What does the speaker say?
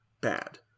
bad